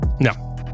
No